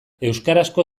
euskarazko